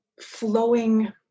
flowing